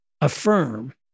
affirm